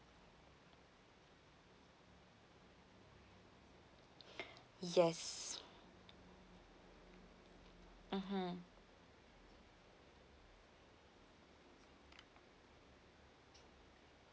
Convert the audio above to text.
yes mmhmm